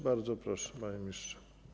Bardzo proszę, panie ministrze.